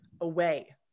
away